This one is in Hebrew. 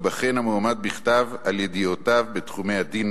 ייבחן המועמד בכתב על ידיעותיו בתחומי הדין